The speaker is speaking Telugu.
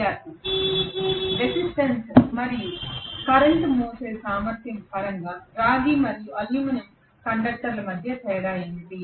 విద్యార్థి రెసిస్టెన్స్ ప్రతిఘటన మరియు కరెంట్ విద్యుత్తు మోసే సామర్థ్యం పరంగా రాగి మరియు అల్యూమినియం కండక్టర్ల మధ్య తేడా ఏమిటి